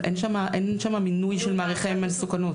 אין שם מינוי של מעריכי מסוכנות.